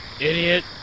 Idiot